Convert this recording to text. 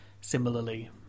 similarly